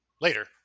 later